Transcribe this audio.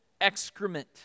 excrement